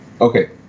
okay